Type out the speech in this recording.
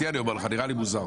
אמיתי אני אומר לך, נראה לי מוזר.